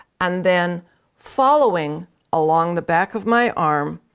and then following along the back of my arm,